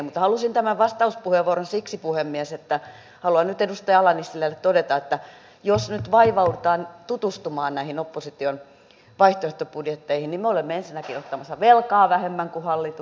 mutta halusin tämän vastauspuheenvuoron siksi puhemies että haluan nyt edustaja ala nissilälle todeta että jos nyt vaivaudutaan tutustumaan näihin opposition vaihtoehtobudjetteihin niin me olemme ensinnäkin ottamassa velkaa vähemmän kuin hallitus ottaa